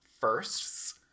firsts